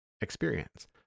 experience